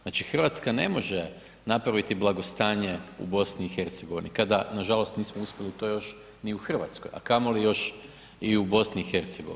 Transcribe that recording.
Znači, Hrvatska ne može napraviti blagostanje u BiH kada nažalost nismo uspjeli to još ni u Hrvatskoj, a kamoli još u BiH.